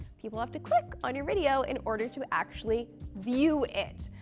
people have to click on your video in order to actually view it.